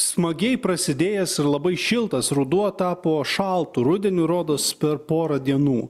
smagiai prasidėjęs ir labai šiltas ruduo tapo šaltu rudeniu rodos per porą dienų